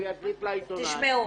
הוא ידליף לעיתונאי,